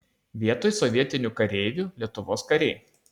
vietoj sovietinių kareivių lietuvos kariai